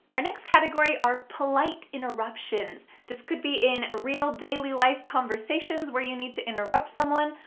our next category are polite interruptions. this could be in real daily life conversations where you need to interrupt someone,